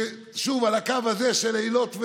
שוב על הקו הזה של אילות,